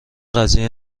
قضیه